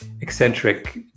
eccentric